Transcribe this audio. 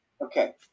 Okay